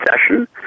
session